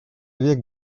век